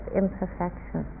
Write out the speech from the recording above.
imperfection